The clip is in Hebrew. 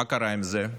מה קרה עם זה?